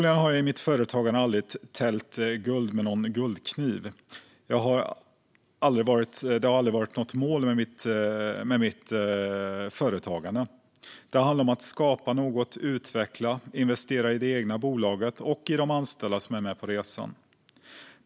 I mitt företagande har jag aldrig skurit guld med täljkniv. Det har aldrig varit målet med mitt företagande. Det har handlat om att skapa något, utveckla och investera i det egna bolaget och i de anställda som är med på resan.